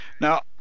now